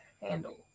handle